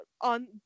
on